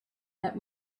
that